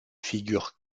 figurent